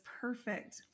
perfect